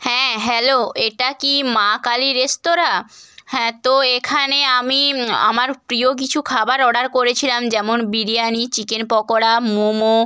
হ্যাঁ হ্যালো এটা কি মা কালী রেস্তোরাঁ হ্যাঁ তো এখানে আমি আমার প্রিয় কিছু খাবার অর্ডার করেছিলাম যেমন বিরিয়ানি চিকেন পকোড়া মোমো